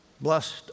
blessed